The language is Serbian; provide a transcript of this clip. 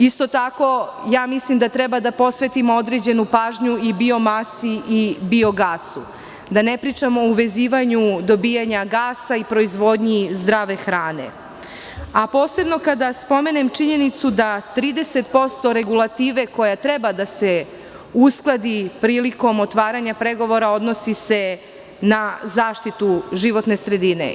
Isto tako, mislim da treba da posvetimo određenu pažnju i biomasi i biogasu, da ne pričam o vezivanju dobijanja gasa i proizvodnji zdrave hrane, posebno kada spomenem činjenicu da 30% regulative koja treba da se uskladi prilikom otvaranja pregovora odnosi se na zaštitu životne sredine.